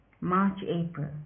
March-April